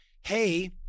hey